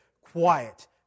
quiet